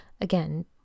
Again